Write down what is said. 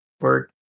word